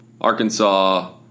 Arkansas